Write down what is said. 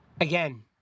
Again